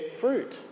fruit